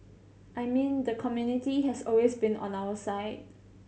I mean the community has always been on our side